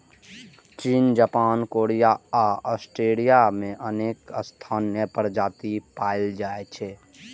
चीन, Japan, Korea आ Australia मे अनेक स्थानीय प्रजाति पाएल जाइ छै